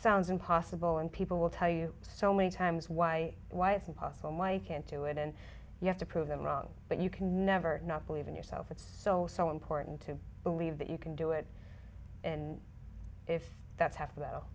sounds impossible and people will tell you so many times why why it's impossible why i can't do it and you have to prove them wrong but you can never not believe in yourself it's so so important to believe that you can do it and if that's half